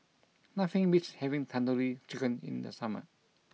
nothing beats having Tandoori Chicken in the summer